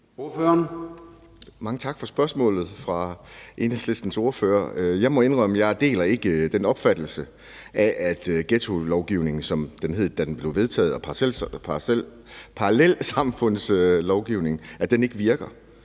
(S): Mange tak for spørgsmålet fra Enhedslistens ordfører. Jeg må indrømme, at jeg ikke deler den opfattelse, at ghettolovgivningen, som den hed, da den blev vedtaget, eller parallelsamfundslovgivningen ikke virker.